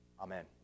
Amen